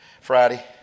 Friday